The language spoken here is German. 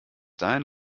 dahin